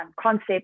concept